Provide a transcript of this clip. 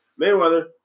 Mayweather